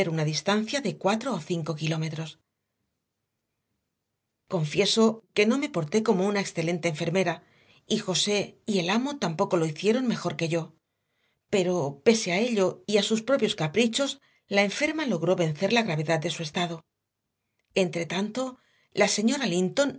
una distancia de cuatro o cinco kilómetros confieso que no me porté como una excelente enfermera y josé y el amo tampoco lo hicieron mejor que yo pero pese a ello y a sus propios caprichos la enferma logró vencer la gravedad de su estado entretanto la señora linton